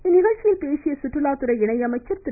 இந்நிகழ்ச்சியில் பேசிய சுந்றுலாத்துறை இணை அமைச்சர் திரு